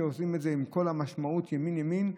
עם כל המשמעות של ימין ימין,